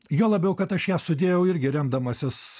juo labiau kad aš ją sudėjau irgi remdamasis